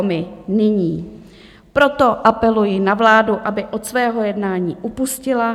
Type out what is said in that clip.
Nyní proto apeluji na vládu, aby od svého jednání upustila.